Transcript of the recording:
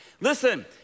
Listen